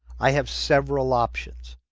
i have several options.